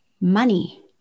money